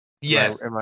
Yes